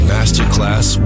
Masterclass